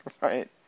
Right